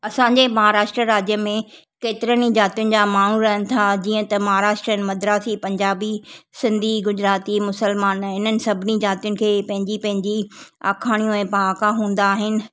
असांजे महाराष्ट्र राज्य में केतिरनि ई ज़ातुनि जा माण्हू रहनि था जीअं त महाराष्ट्रनि मदरासी पंजाबी सिंधी गुजराती मुसलमान हिननि सभिनी ज़ातियुनि खे पंहिंजी पंहिंजी आखाणियूं ऐं पहाका हूंदा आहिनि